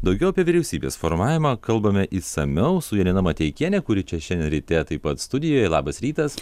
daugiau apie vyriausybės formavimą kalbame išsamiau su janina mateikiene kuri čia šiandien ryte taip pat studijoje labas rytas